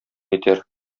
итәр